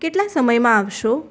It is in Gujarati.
કેટલા સમયમાં આવશો